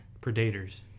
Predators